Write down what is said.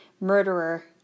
murderer